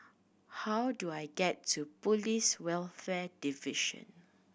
how do I get to Police Welfare Division